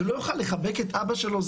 שהוא לא יוכל לחבק את אבא שלו.